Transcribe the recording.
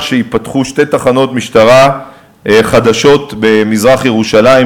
שייפתחו שתי תחנות משטרה חדשות במזרח-ירושלים,